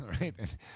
Right